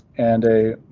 and a.